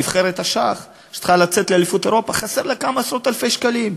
לנבחרת השח שצריכה לצאת לאליפות אירופה חסרים כמה עשרות אלפי שקלים,